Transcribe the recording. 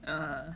ah